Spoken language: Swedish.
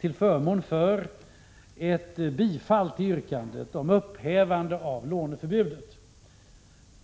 till förmån för ett bifall till yrkandet om upphävande av låneförbudet.